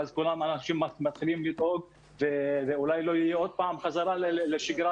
ואז כל האנשים מתחילים לדאוג שאולי עוד פעם לא תהיה חזרה לשגרה